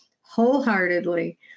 wholeheartedly